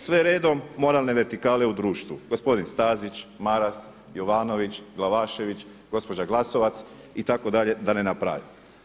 Sve redom moralne vertikale u društvu – gospodin Stazić, Maras, Jovanović, Glavašević, gospođa Glasovac itd. da ne nabrajam.